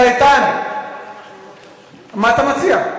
מציע?